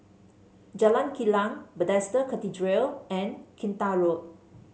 Jalan Kilang Bethesda Cathedral and Kinta Road